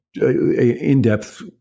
In-depth